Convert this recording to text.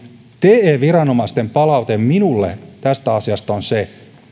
te viranomaisten palaute minulle tästä asiasta on se